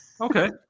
Okay